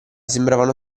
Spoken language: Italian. sembravano